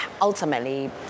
ultimately